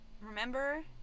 Remember